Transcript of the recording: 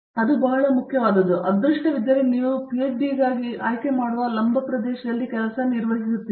ಅದು ಬಹಳ ಮುಖ್ಯವಾದದ್ದು ಏಕೆಂದರೆ ಅದೃಷ್ಟವಿದ್ದರೆ ನೀವು ಪಿಎಚ್ಡಿಗಾಗಿ ಆಯ್ಕೆ ಮಾಡುವ ಲಂಬ ಪ್ರದೇಶದಲ್ಲಿ ಕೆಲಸ ನಿರ್ವಹಿಸುತ್ತೀರಿ